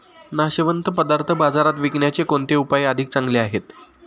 नाशवंत पदार्थ बाजारात विकण्याचे कोणते उपाय अधिक चांगले आहेत?